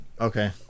Okay